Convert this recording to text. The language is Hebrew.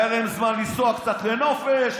היה להם זמן לנסוע קצת לנופש,